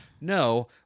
No